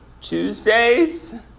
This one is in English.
Tuesdays